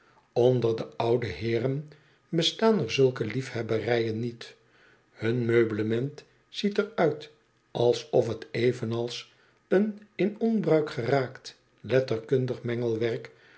onder de oude hoeren bestaan er zulke liefhebberijen niet hun meublement ziet er uit alsof het evenals een in onbruik geraakt letterkundig mengelwerk